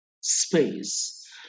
space